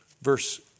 Verse